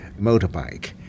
motorbike